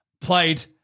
played